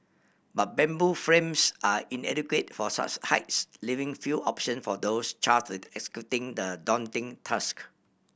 but bamboo frames are inadequate for such heights leaving few option for those charted executing the daunting task